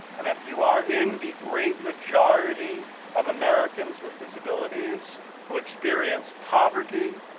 and if you are in the great majority of americans with disabilities who experience poverty,